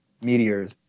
meteors